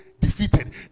defeated